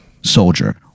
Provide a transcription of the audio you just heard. soldier